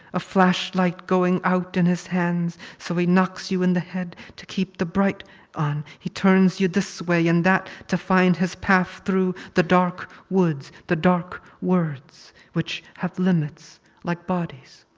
a flashlight going out in his hands, so he knocks you in the head to keep the bright on. he turns you this way and that to find his path through the dark woods, the dark words which have limits like bodies.